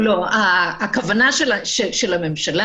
הכוונה של הממשלה,